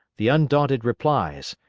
the undaunted replies,